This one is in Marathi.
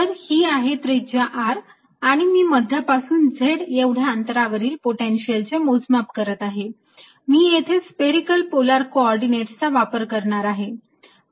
तर ही आहे त्रिज्या R आणि मी मध्यापासून z एवढ्या अंतरावरील पोटेन्शियल चे मोजमाप करत आहे मी येथे स्पेरिकेल पोलार कोऑर्डिनेटसचा वापर करणार आहे